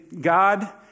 God